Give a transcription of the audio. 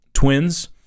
Twins